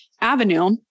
avenue